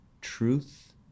Truth